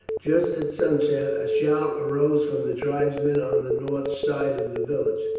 just at sunset a shout arose from the tribesmen on the north side of the village,